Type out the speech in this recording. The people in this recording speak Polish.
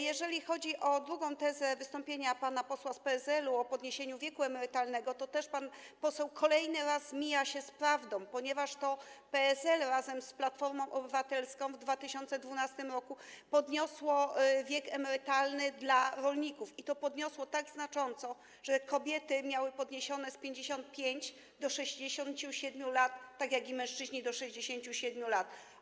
Jeżeli chodzi o drugą tezę wystąpienia pana posła z PSL-u, o podniesieniu wieku emerytalnego, to też pan poseł kolejny raz mija się z prawdą, ponieważ to PSL razem z Platformą Obywatelską w 2012 r. podniosło wiek emerytalny dla rolników, i to podniosło tak znacząco, że kobiety miały podniesione z 55 do 67 lat, tak jak i mężczyźni do 67 lat.